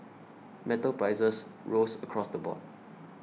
metal prices rose across the board